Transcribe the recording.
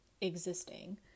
existing